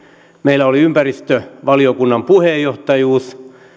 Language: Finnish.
meillä oli ympäristövaliokunnan puheenjohtajuus